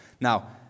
Now